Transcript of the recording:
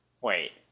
wait